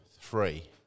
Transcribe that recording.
three